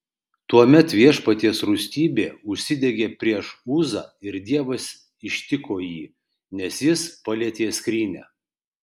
tuomet viešpaties rūstybė užsidegė prieš uzą ir dievas ištiko jį nes jis palietė skrynią